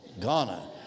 Ghana